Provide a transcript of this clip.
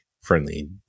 friendly